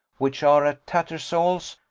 which are at tattersal's,